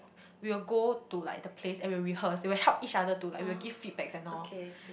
we will go to like the place and we will rehearse we will help each other too like we will give feedbacks and all